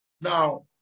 Now